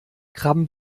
krabben